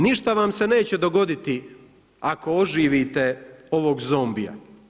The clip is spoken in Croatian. Ništa vam se neće dogoditi ako oživite ovog zombija.